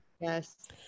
yes